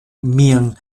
mian